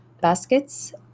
baskets